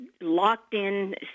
locked-in